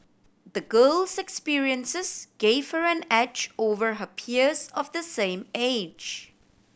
the girl's experiences gave her an edge over her peers of the same age